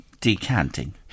decanting